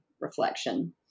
reflection